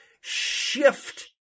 shift